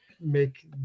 make